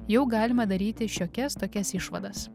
jau galima daryti šiokias tokias išvadas